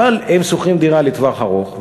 אבל הם שוכרים דירה לטווח ארוך,